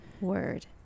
word